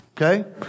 Okay